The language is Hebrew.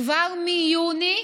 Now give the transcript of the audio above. כבר מיוני,